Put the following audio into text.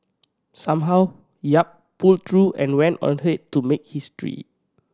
somehow Yap pulled through and went on ahead to make history